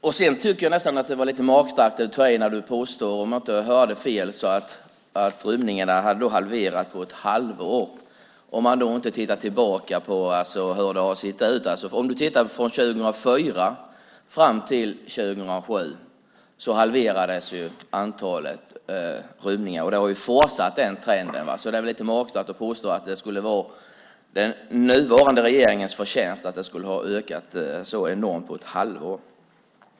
Jag tycker nästan att det var lite magstarkt när du, om jag inte hörde fel, sade att rymningarna hade halverats på ett halvår. Då tittar man inte tillbaka på hur det har sett ut. Från 2004 fram till 2007 halverades antalet rymningar. Den trenden har fortsatt. Så det är väl lite magstarkt att påstå att det skulle vara den nuvarande regeringens förtjänst att det har ökat så enormt på ett halvår.